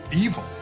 evil